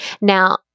Now